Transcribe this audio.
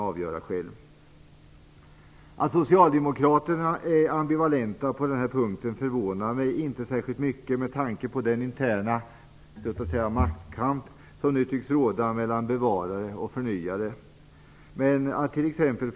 Att Socialdemokraterna är ambivalenta på den här punkten förvånar mig inte särskilt mycket med tanke på den interna maktkamp som nu tycks råda mellan bevarare och förnyare. Men att t.ex.